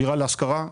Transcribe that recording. דירה להשכרה,